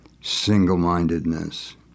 single-mindedness